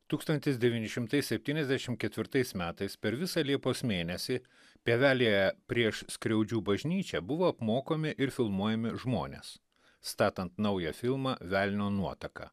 tūkstantis devyni šimtai septyniasdešim ketvirtais metais per visą liepos mėnesį pievelėje prieš skriaudžių bažnyčią buvo apmokomi ir filmuojami žmonės statant naują filmą velnio nuotaka